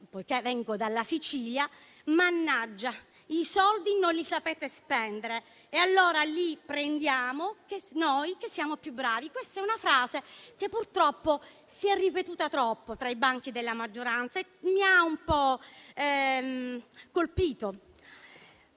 poiché vengo dalla Sicilia: mannaggia, i soldi non li sapete spendere; allora, li prendiamo noi che siamo più bravi. Questa è una frase che si è ripetuta troppo spesso tra i banchi della maggioranza e mi ha un po' colpito.